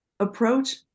approach